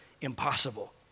impossible